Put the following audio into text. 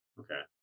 okay